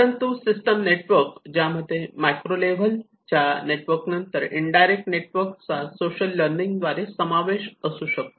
परंतु system network ज्यामध्ये micro level च्या नेटवर्क नंतर इनडायरेक्ट नेटवर्क चा सोशल लर्निंग द्वारे समावेश असू शकतो